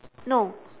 no